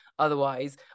Otherwise